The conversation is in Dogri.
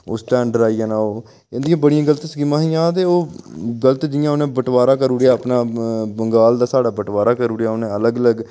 उसदे अड़र आई जाना ओह् इंदियां बड़ियां गल्त स्कीमां हियां ते ओह् गल्त जियां उ'नें बटबारा करी ओड़ेआ अपना बंगाल ते साढ़ा बटबारा करी ओड़ेआ उ'नें अलग अलग